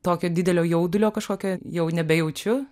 tokio didelio jaudulio kažkokio jau nebejaučiu